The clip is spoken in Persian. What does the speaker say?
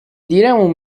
دیرمون